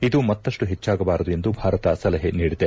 ಇದು ಮತ್ತಷ್ಟು ಹೆಚ್ಚಾಗಬಾರದು ಎಂದು ಭಾರತ ಸಲಹೆ ನೀಡಿದೆ